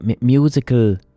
musical